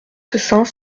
saint